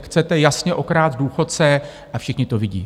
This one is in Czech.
Chcete jasně okrást důchodce a všichni to vidí!